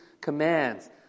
commands